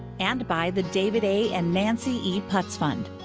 and by the david a. and nancy e. putz fund.